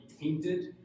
tainted